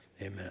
amen